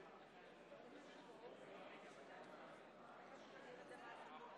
לוי: 6 דברי נשיא המדינה בפתיחת